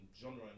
genre